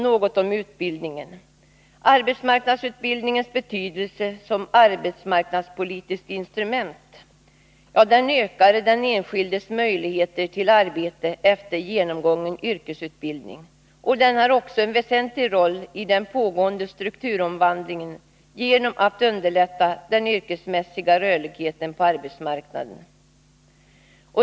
Något om utbildningen: Arbetsmarknadsutbildningens betydelse som arbetsmarknadspolitiskt instrument innebär att den ökar den enskildes möjligheter till arbete efter genomgången yrkesutbildning. Den har också en väsentlig roll i den pågående strukturomvandlingen genom att underlätta den yrkesmässiga rörligheten på arbetsmarknaden.